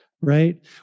right